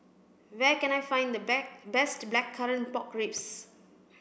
where can I find the best blackcurrant pork ribs